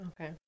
Okay